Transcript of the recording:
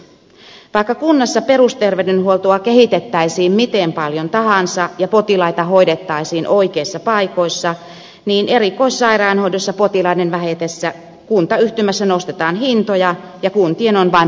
vaikka kunnassa perusterveydenhuoltoa kehitettäisiin miten paljon tahansa ja potilaita hoidettaisiin oikeissa paikoissa niin erikoissairaanhoidossa potilaiden vähetessä kuntayhtymässä nostetaan hintoja ja kuntien on vain pakko maksaa